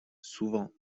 souvent